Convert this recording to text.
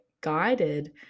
guided